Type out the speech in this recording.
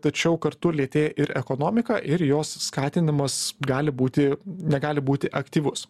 tačiau kartu lėtėja ir ekonomika ir jos skatinimas gali būti negali būti aktyvus